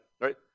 Right